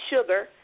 sugar